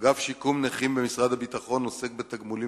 אגף שיקום נכים במשרד הביטחון עוסק בתגמולים